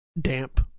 damp